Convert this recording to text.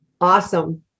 Awesome